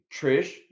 Trish